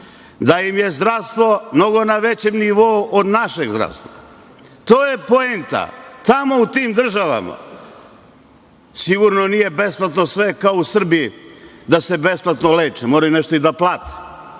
da im je zdravstvo na mnogo većem nivou od našeg zdravstva. To je poenta. Tamo u tim državama sigurno nije besplatno sve kao u Srbiji, da se besplatno leče, moraju nešto i da plate.